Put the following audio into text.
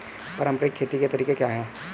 पारंपरिक खेती के तरीके क्या हैं?